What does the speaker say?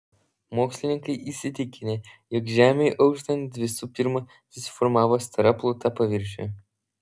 mokslininkai įsitikinę jog žemei auštant visų pirma susiformavo stora pluta paviršiuje